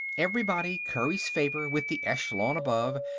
everybody curries favor with the echelon above,